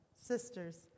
sisters